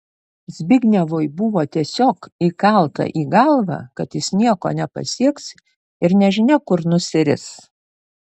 zbignevui buvo tiesiog įkalta į galvą kad jis nieko nepasieks ir nežinia kur nusiris